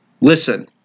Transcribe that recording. Listen